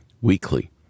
weekly